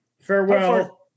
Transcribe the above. farewell